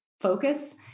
focus